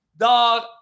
Dog